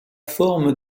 forme